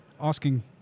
asking